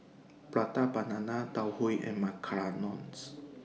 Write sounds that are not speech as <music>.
Prata Banana Tau Huay and <unintelligible> <noise>